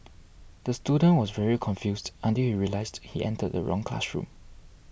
the student was very confused until he realised he entered the wrong classroom